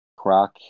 Croc